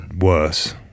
worse